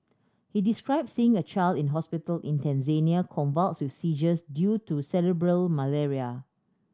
he described seeing a child in a hospital in Tanzania convulsed with seizures due to cerebral malaria